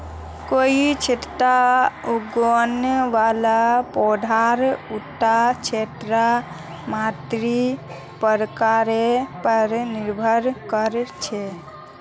कोई क्षेत्रत उगने वाला पौधार उता क्षेत्रेर मातीर प्रकारेर पर निर्भर कर छेक